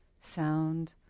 sound